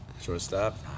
shortstop